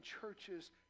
churches